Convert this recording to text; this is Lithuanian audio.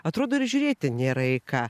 atrodo ir žiūrėti nėra į ką